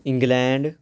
England